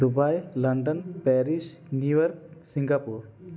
Dubai London Paris New York Singapore